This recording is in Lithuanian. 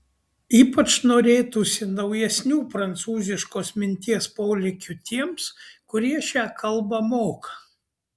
ypač norėtųsi naujesnių prancūziškos minties polėkių tiems kurie šią kalbą moka